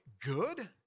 good